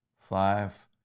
Five